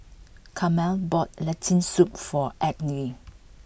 Carmel bought Lentil Soup for egg knee